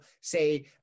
say